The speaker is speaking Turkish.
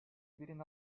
birin